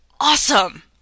awesome